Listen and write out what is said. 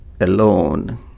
alone